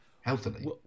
healthily